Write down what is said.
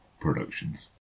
Productions